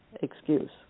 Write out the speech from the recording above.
excuse